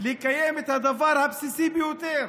לקיים את הדבר הבסיסי ביותר.